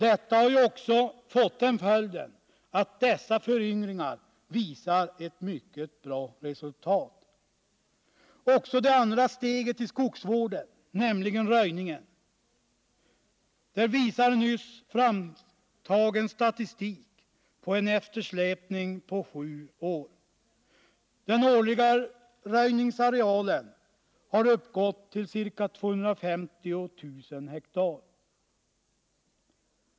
Detta har ju också fått den följden att dessa föryngringar visar ett bra resultat. Också när det gäller det andra steget i skogsvården, nämligen röjningen, visar nyss framtagen statistik på en eftersläpning på sju år. Den årliga röjningsarealen har uppgått till ca 250 000 hektar.